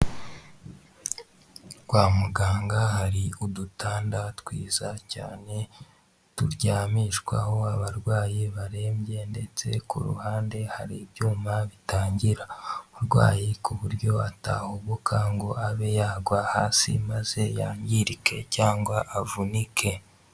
Kwa muganga hari udutanda twiza cyane, turyamishwaho abarwayi barembye ndetse ku ruhande hari ibyuma bitangira umurwayi ku buryo atahubuka ngo abe yagwa hasi maze yangirike cyangwa avunike.